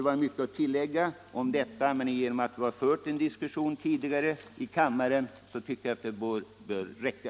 Det finns mycket att tillägga, men eftersom vi tidigare fört en diskussion i kammaren om dessa saker tycker jag att detta bör räcka.